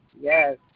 yes